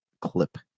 clip